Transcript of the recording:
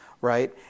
right